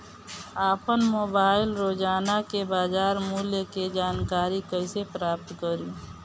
आपन मोबाइल रोजना के बाजार मुल्य के जानकारी कइसे प्राप्त करी?